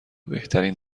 بهترین